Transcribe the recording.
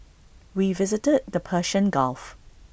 we visited the Persian gulf